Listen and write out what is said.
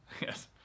Yes